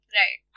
right